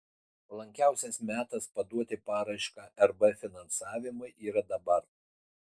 palankiausias metas paduoti paraišką rb finansavimui yra dabar